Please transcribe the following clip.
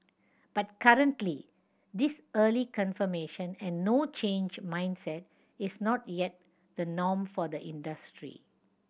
but currently this early confirmation and no change mindset is not yet the norm for the industry